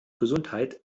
gesundheit